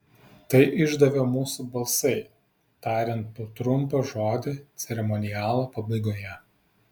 tai išdavė mūsų balsai tariant po trumpą žodį ceremonialo pabaigoje